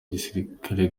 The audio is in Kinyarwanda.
gisirikare